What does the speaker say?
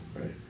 right